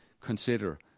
consider